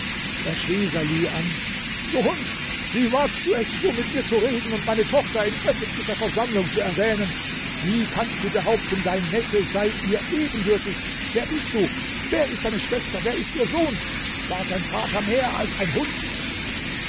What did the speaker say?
er schrie salih an du hund wie wagst du es so mit mir zu reden und meine tochter in öffentlicher versammlung zu erwähnen wie kannst du behaupten dein neffe sei ihr ebenbürtig wer bist du wer ist deine schwester wer ist ihr sohn war sein vater mehr als ein hund